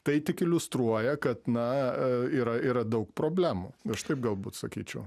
tai tik iliustruoja kad na yra yra daug problemų aš taip galbūt sakyčiau